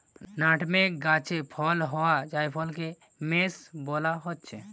nutmeg গাছে ফলন হোয়া জায়ফলকে মেস বোলা হচ্ছে